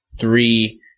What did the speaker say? three